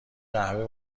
قهوه